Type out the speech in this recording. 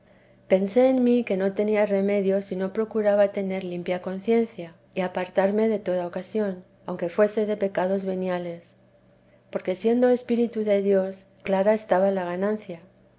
pensé en mí que no tenía remedio si no procuraba tener limpia conciencia y apartarme de toda ocasión aunque fuese de pecados veniales porque siendo espíritu de dios clara estaba la ganancia